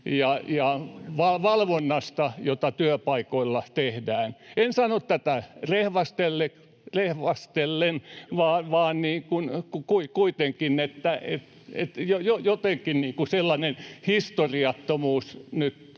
valvonnasta, jota työpaikoilla tehdään. En sano tätä rehvastellen, mutta kuitenkin jotenkin sellainen historiattomuus